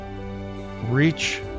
reach